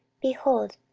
behold,